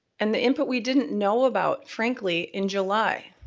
and the input we didn't know about, frankly, in july.